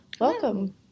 Welcome